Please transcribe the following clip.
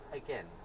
again